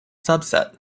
subset